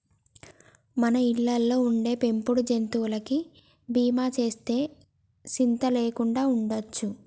మన ఇళ్ళలో ఉండే పెంపుడు జంతువులకి బీమా సేస్తే సింత లేకుండా ఉండొచ్చు